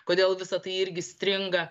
kodėl visa tai irgi stringa